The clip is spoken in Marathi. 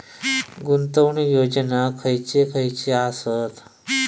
गुंतवणूक योजना खयचे खयचे आसत?